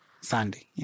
Sunday